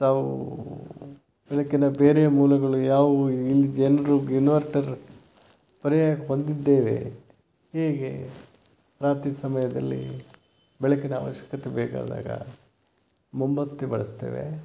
ತಾವು ಬೆಳಕಿನ ಬೇರೆ ಮೂಲಗಳು ಯಾವುವು ಇಲ್ಲಿ ಜನರು ಇನ್ವರ್ಟರ್ ಪರ್ಯಾಯಕ್ಕೆ ಬಂದಿದ್ದೇವೆ ಹೇಗೆ ರಾತ್ರಿ ಸಮಯದಲ್ಲಿ ಬೆಳಕಿನ ಅವಶ್ಯಕತೆ ಬೇಕಾದಾಗ ಮೊಂಬತ್ತಿ ಬಳಸ್ತೇವೆ